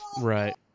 Right